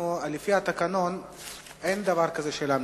לפי התקנון אין דבר כזה שאלה נוספת.